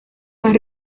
más